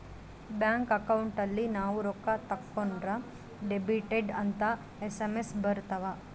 bank account ಅಲ್ಲಿ ನಾವ್ ರೊಕ್ಕ ತಕ್ಕೊಂದ್ರ ಡೆಬಿಟೆಡ್ ಅಂತ ಎಸ್.ಎಮ್.ಎಸ್ ಬರತವ